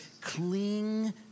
Cling